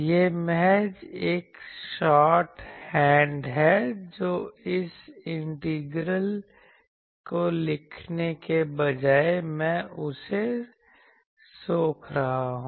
यह महज एक शॉर्ट हैंड है जो उस इंटीग्रल को लिखने के बजाय मैं उसे सोख रहा हूं